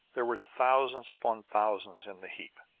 there were thousands upon thousands in the heap.